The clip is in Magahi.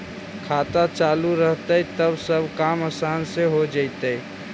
खाता चालु रहतैय तब सब काम आसान से हो जैतैय?